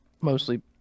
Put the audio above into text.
mostly